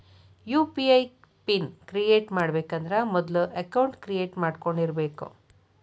UPI PIN create ಮಾಡಬೇಕಂದ್ರ ಮೊದ್ಲ account create ಮಾಡ್ಕೊಂಡಿರಬೆಕ್